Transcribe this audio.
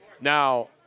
Now